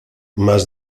más